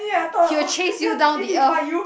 he will chase you down the earth